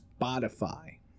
Spotify